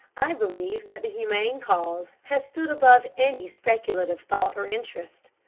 i believe that the humane cause has stood above any speculative thought or interest.